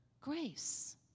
Grace